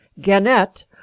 Gannett